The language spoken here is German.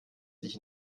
sich